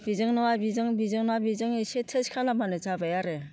बेजों नङा बेजों बेजों नङा बेजों एसे टेस्ट खालामबानो जाबाय आरो